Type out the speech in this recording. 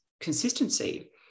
consistency